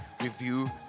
review